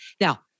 now